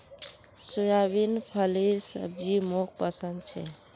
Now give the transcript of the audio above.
soybean फलीर सब्जी मोक पसंद छे